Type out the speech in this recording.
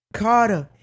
carter